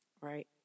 Right